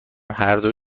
هردو